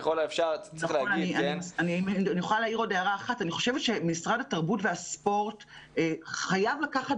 אני חושבת שמשרד התרבות והספורט חייב לקחת